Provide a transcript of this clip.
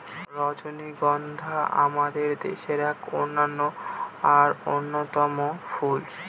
রজনীগন্ধা আমাদের দেশের এক অনন্য আর অন্যতম ফুল